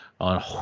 on